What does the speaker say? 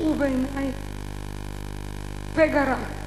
שהוא בעיני פגע רע בחברה